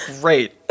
great